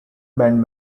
band